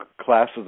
classes